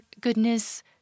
goodness